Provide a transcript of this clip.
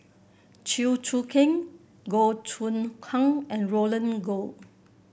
Chew Choo Keng Goh Choon Kang and Roland Goh